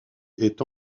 est